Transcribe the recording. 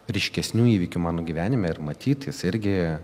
ryškesnių įvykių mano gyvenime ir matyt jis irgi